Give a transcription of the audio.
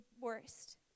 worst